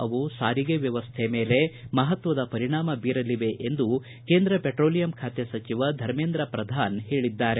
ಅವು ಸಾರಿಗೆ ವ್ಯವಸ್ಥೆ ಮೇಲೆ ಮಹತ್ವದ ಪರಿಣಾಮ ಬೀರಲಿವೆ ಎಂದು ಕೇಂದ್ರ ಪೆಟ್ರೋಲಿಯಂ ಖಾತೆ ಸಚಿವ ಧರ್ಮೇಂದ್ರ ಪ್ರಧಾನ್ ಹೇಳಿದ್ದಾರೆ